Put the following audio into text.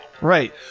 Right